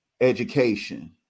education